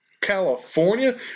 California